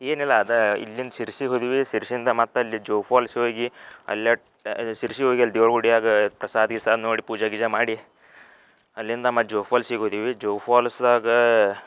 ಏನಿಲ್ಲಾ ಅದಾ ಇಲ್ಲಿಂದ ಶಿರ್ಸಿಗೆ ಹೋದ್ವಿ ಸಿರ್ಶಿಯಿಂದ ಮತ್ತೆ ಅಲ್ಲಿ ಜೋಗ್ ಫಾಲ್ಸ್ ಹೋಗಿ ಅಲ್ಲಿ ಲೆಟ್ ಸಿರ್ಶಿ ಹೋಗಿ ಅಲ್ಲಿ ದೇವ್ರ ಗುಡ್ಯಾಗ ಪ್ರಸಾದ ದಿಸಾದ ನೋಡಿ ಪೂಜ ಗೀಜ ಮಾಡಿ ಅಲ್ಲಿಂದ ಮತ್ತೆ ಜೋಗ್ ಫಾಲ್ಸಿಗೆ ಹೋದಿವಿ ಜೋಗ್ ಫಾಲ್ಸ್ದಾಗ